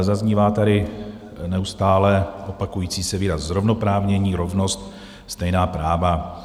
Zaznívá tady neustále se opakující výraz zrovnoprávnění, rovnost, stejná práva.